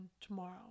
tomorrow